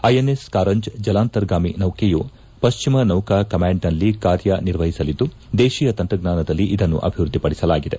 INS Karanj ಜಲಾಂತರ್ಗಾಮಿ ನೌಕೆಯು ಪಶ್ವಿಮ ನೌಕಾ ಕಮಾಂಡ್ನಲ್ಲಿ ಕಾರ್ಯ ನಿರ್ವಹಿಸಲಿದ್ದು ದೇಶೀಯ ತಂತ್ರಜ್ಞಾನದಲ್ಲಿ ಇದನ್ನು ಅಭಿವೃದ್ಧಿಪಡಿಸಲಾಗಿದೆ